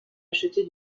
acheter